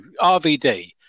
RVD